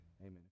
Amen